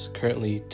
currently